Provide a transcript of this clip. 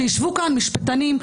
שישבו כאן משפטנים,